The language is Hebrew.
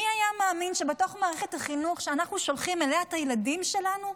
מי היה מאמין שבתוך מערכת החינוך שאנחנו שולחים אליה את הילדים שלנו,